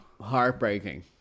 heartbreaking